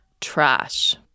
trash